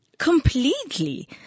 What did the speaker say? Completely